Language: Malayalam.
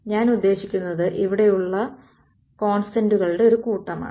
ഞാൻ ഉദ്ദേശിക്കുന്നത് ഇവിടെയുള്ള കോൺസ്റ്റൻ്റുകളുടെ ഒരു കൂട്ടമാണ്